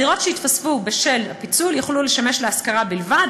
הדירות שיתווספו בשל הפיצול יוכלו לשמש להשכרה בלבד,